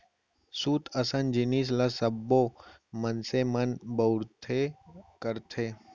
सूत असन जिनिस ल सब्बो मनसे मन बउरबे करथे